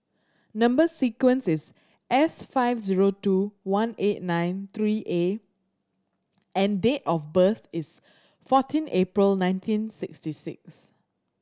number sequence is S five zero two one eight nine three A and date of birth is fourteen April nineteen sixty six